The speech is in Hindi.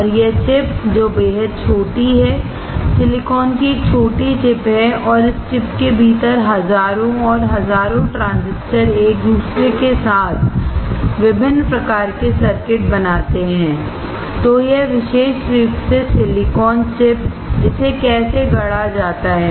और यह चिपजो बेहद छोटी है सिलिकॉन की एक छोटी चिप है और इस चिप के भीतर हजारों और हजारों ट्रांजिस्टर एक दूसरे के साथ विभिन्न प्रकार के सर्किट बनाते हैं तो यह विशेष रूप से सिलिकॉन चिप इसे कैसे गढ़ा जाता है